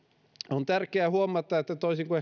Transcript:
on tärkeää huomata toisin kuin